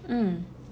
mm